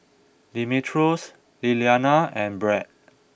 Demetrios Liliana and Brad